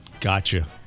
Gotcha